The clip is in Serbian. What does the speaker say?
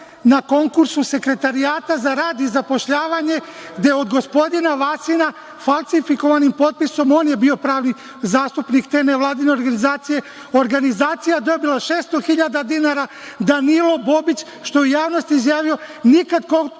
na konkursu Sekretarijata za rad i zapošljavanje, gde od gospodina Vasina falsifikovanim posao on je bio pravni zastupnik te nevladine organizacije. Organizacija je dobila 600 hiljada dinara, Danilo Bobić što je i u javnosti izjavio, nikakvu